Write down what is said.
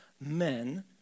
men